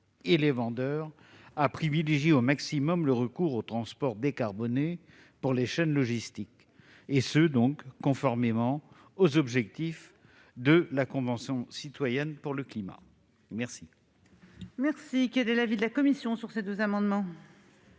que les vendeurs à privilégier, au maximum, le recours aux transports décarbonés dans les chaînes logistiques, conformément aux objectifs de la Convention citoyenne pour le climat. Quel est l'avis de la commission ? Ces deux amendements